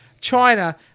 China